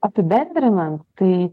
apibendrinant tai